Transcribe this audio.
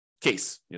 case